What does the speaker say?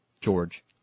George